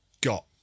got